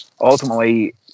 ultimately